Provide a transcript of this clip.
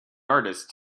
artist